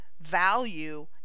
value